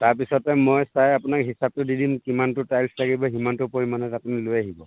তাৰ পিছতে মই চাই আপোনাক হিচাপটো দি দিম কিমানটো টাইল্ছ লাগিব সিমানটো পৰিমাণত আপুনি লৈ আহিব